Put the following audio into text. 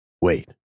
Wait